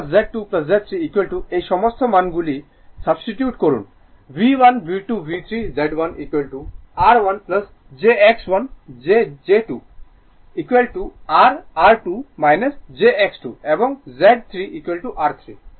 Z1 Z2 Z 3 এই সমস্ত মান গুলি প্রতিস্থাপন করুন V1 V2 V3 Z1 R1 jX1 Z2 r R2 jX2 এবং Z 3 R3